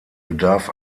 bedarf